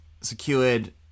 secured